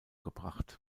gebracht